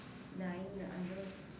nine under